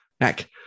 Mac